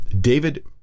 David